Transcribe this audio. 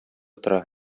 тора